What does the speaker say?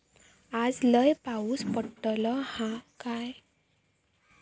आज लय पाऊस पडतलो हा काय?